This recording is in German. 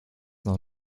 noch